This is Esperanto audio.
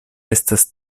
estas